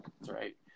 right